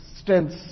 strengths